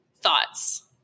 Thoughts